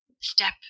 step